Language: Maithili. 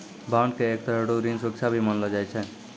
बांड के एक तरह रो ऋण सुरक्षा भी मानलो जाय छै